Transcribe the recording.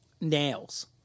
nails